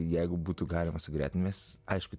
jeigu būtų galima sugretinęs aišku